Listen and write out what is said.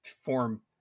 form